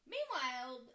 Meanwhile